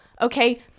Okay